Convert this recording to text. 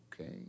okay